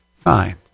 fine